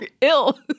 ill